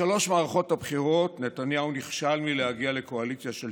בשלוש מערכות הבחירות נתניהו נכשל מלהגיע לקואליציה של